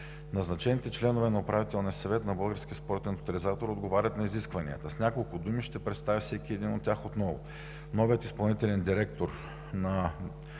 Назначените членове на Управителния съвет на Българския спортен тотализатор отговарят на изискванията. С няколко думи ще представя всеки един от тях отново. Новият изпълнителен директор на